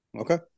Okay